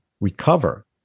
recover